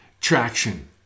traction